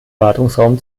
wartungsraum